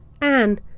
Anne